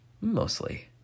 Mostly